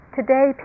Today